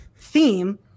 theme